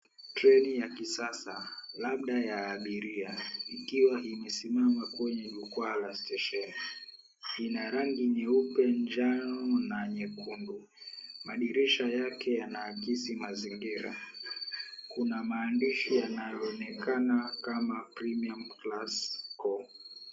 Treni ya kisasa labda ya abiria, ikiwa imesimama kwenye jukwaa la stesheni. Ina rangi nyeupe, njano na nyekundu. Madirisha yake yanaakisi mazingira. Kuna maandishi yanayoonekana kama, "Premium class.com".